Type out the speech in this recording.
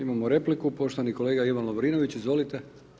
Imamo repliku, poštovani kolega Ivan Lovrinović, izvolite.